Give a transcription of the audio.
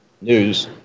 news